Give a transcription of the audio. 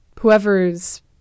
whoever's